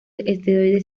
esteroides